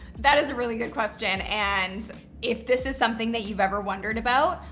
that is a really good question. and if this is something that you've ever wondered about,